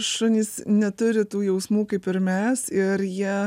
šunys neturi tų jausmų kaip ir mes ir jie